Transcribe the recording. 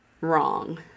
wrong